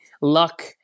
luck